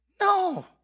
No